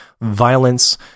violence